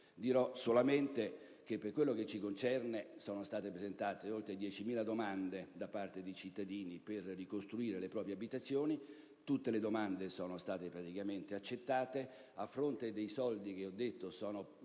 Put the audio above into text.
dirò solo che, per quello che ci concerne, sono state presentate oltre 10.000 domande da parte di cittadini per ricostruire le proprie abitazioni. Tutte le domande sono state accettate; a fronte dei fondi che sono